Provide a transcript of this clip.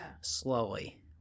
slowly